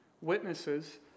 witnesses